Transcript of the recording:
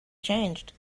changed